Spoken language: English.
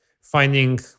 finding